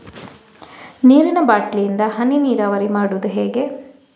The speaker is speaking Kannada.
ನೀರಿನಾ ಬಾಟ್ಲಿ ಇಂದ ಹನಿ ನೀರಾವರಿ ಮಾಡುದು ಹೇಗೆ?